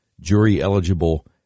jury-eligible